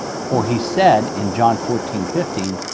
for he said in john fourteen fifteen,